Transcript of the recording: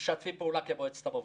משתפים פעולה כמועצת המובילים.